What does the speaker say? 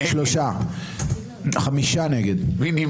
מי נמנע?